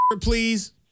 please